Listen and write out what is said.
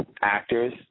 Actors